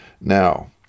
Now